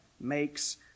makes